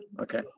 Okay